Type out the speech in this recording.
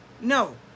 no